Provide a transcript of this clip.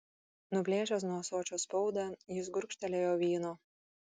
nuplėšęs nuo ąsočio spaudą jis gurkštelėjo vyno